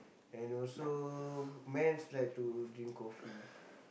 and also men like to drink coffee